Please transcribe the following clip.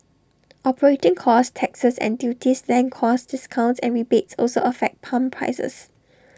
operating costs taxes and duties land costs discounts and rebates also affect pump prices